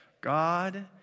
God